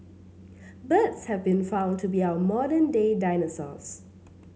birds have been found to be our modern day dinosaurs